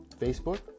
Facebook